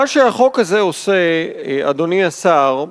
מה שהחוק הזה עושה, אדוני השר,